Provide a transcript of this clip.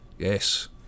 Yes